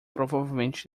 provavelmente